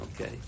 okay